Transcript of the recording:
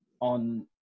on